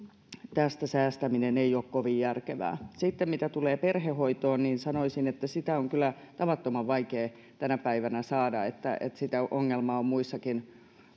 tästä säästäminen ei ole kovin järkevää sitten mitä tulee perhehoitoon niin sanoisin että sitä on kyllä tavattoman vaikea tänä päivänä saada sitä ongelmaa on muissakin